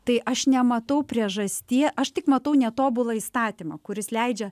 tai aš nematau priežastie aš tik matau netobulą įstatymą kuris leidžia